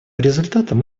результатам